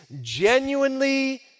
genuinely